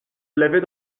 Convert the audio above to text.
l’avais